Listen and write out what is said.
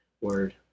word